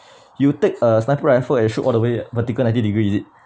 you take a sniper rifle and shoot all the way vertical ninety degrees is it